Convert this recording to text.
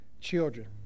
children